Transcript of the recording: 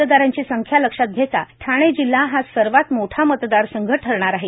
मतदारांची संख्या लक्षात घेता ठाणे जिल्हा हा सर्वात मोठा मतदार संघ ठरणार आहे